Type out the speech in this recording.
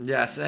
Yes